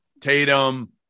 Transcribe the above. Tatum